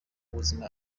ubuzima